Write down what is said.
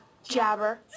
Jabber